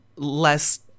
Less